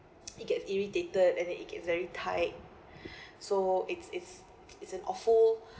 it gets irritated and then it gets very tight so it's it's it's an awful